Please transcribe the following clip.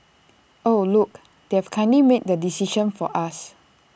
oh look they have kindly made the decision for us